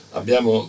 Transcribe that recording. abbiamo